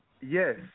Yes